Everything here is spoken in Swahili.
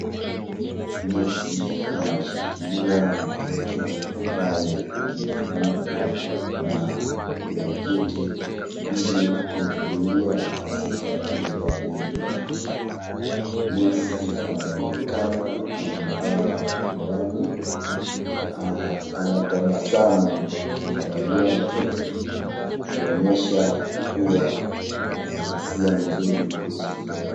Nesi amemshikilia mtoto ambaye amefunikwa na blanketi ili kumzuia asipate baridi. Nesi anaonekana amevaa miwani. Anatabasamu akimwangalia mtoto kuonyesha kuwa ana hisia nzuri kuhusu mtoto.